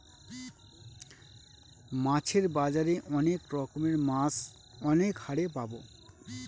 মাছের বাজারে অনেক রকমের মাছ অনেক হারে পাবো